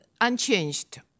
unchanged